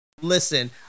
Listen